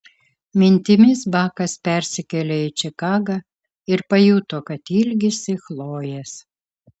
mintimis bakas persikėlė į čikagą ir pajuto kad ilgisi chlojės